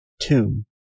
Tomb